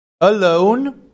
alone